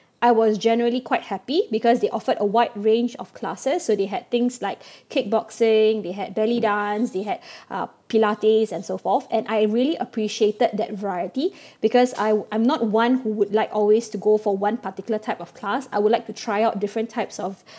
I was generally quite happy because they offered a wide range of classes so they had things like kick boxing they had belly dance they had uh pilates and so forth and I really appreciated that variety because I I'm not one who would like always to go for one particular type of class I would like to try out different types of